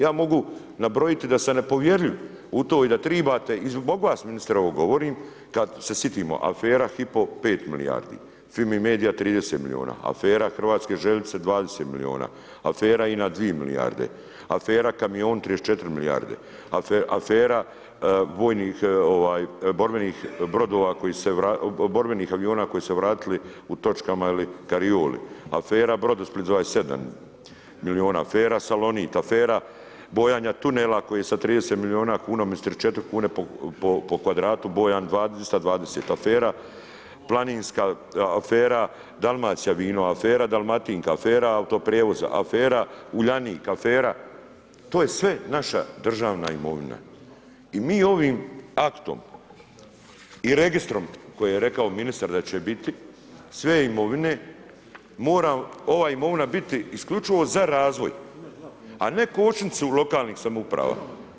Ja mogu nabrojati da sam nepovjerljiv u to i da tribate i zbog vas ministre ovo govorim, kada se sitimo afera Hypo 5 milijardi, Fimi Media 30 milijuna, afera Hrvatske željeznice 20 milijuna, afera INA 2 milijarde, afera Kamioni 34 milijarde, afera borbenih brodova koji su se vratili u točkama ili karioli, afera Brodosplit 27 milijuna, afera Salonit, afera bojanja tunela koji sa 30 milijuna kuna umjesto 4 kune po kvadratu bojan 220, afera Planinska, afera Dalmacijavino, afera Dalmatinka, afera autoprijevoz, afera Uljanik, afera to je sve naša državne imovina i mi ovim aktom i registrom koji je rekao ministar da će biti sve imovine mora ova imovina biti isključivo za razvoj, a ne kočnicu u lokalnim samoupravama.